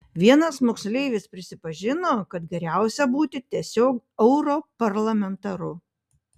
vienas moksleivis prisipažino kad geriausia būti tiesiog europarlamentaru